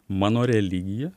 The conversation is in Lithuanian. mano religija